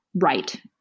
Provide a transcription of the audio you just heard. right